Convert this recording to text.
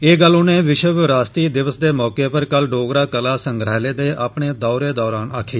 ए गल्ल उनें विश्व विरासती दिवस दे मौके पर कल डोगरा कला संग्राहलय दे अपने दौरे दौरान आक्खी